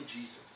Jesus